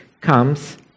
comes